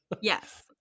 yes